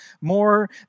more